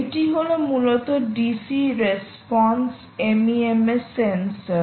এটি হল মূলত DC রেসপন্স MEMS সেন্সর